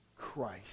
Christ